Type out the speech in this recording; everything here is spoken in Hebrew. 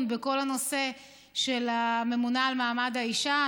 בכל הנושא של הממונה על מעמד האישה.